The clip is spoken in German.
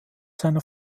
seiner